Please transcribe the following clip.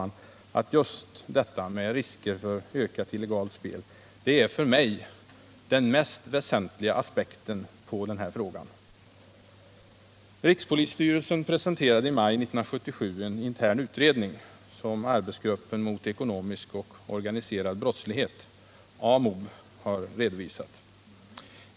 Just detta är för mig den mest väsentliga aspekten på denna fråga. Rikspolisstyrelsen presenterade i maj 1977 en intern utredning som arbetsgruppen mot ekonomisk och organiserad brottslighet, AMOB, har redovisat.